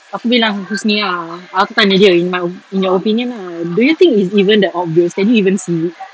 aku bilang husni ah aku tanya dia in my in your opinion lah do you think it's even that obvious can you even see